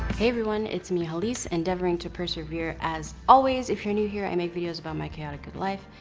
hey everyone. it's me, hallease, endeavoring to persevere as always. if you're new here, i make videos about my chaotic good life.